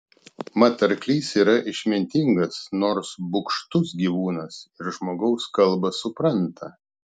mat arklys yra išmintingas nors bugštus gyvūnas ir žmogaus kalbą supranta